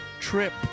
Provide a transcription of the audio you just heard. trip